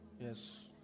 yes